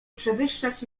przewyższać